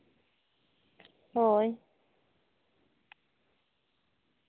ᱦᱳᱭ